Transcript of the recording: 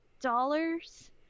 dollars